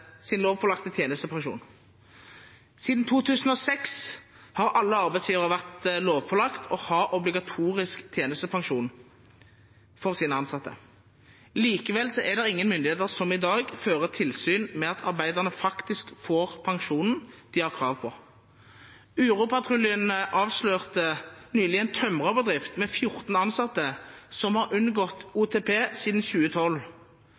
tjenestepensjon. Siden 2006 har alle arbeidsgivere vært lovpålagt å ha obligatorisk tjenestepensjon for sine ansatte. Likevel er det ingen myndigheter som i dag fører tilsyn med at arbeiderne faktisk får pensjonen de har krav på. Uropatruljen avslørte nylig en tømrerbedrift med 14 ansatte som har unngått OTP siden 2012.